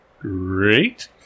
Great